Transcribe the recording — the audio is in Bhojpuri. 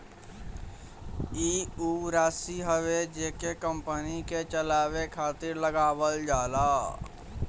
ई ऊ राशी हवे जेके कंपनी के चलावे खातिर लगावल जाला